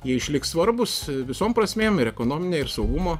jie išliks svarbūs visom prasmėm ir ekonomine ir saugumo